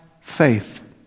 faith